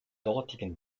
dortigen